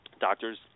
Doctors